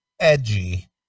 edgy